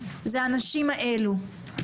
זה האנשים האלו.